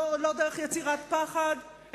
לא דרך יצירת פחד,